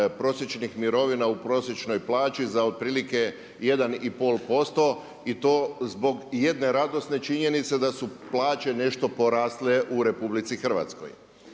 prosječnih mirovina u prosječnoj plaći za otprilike 1,5% i to zbog jedne radosne činjenice da su plaće nešto porasle u RH. Dakle